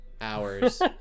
hours